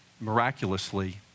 miraculously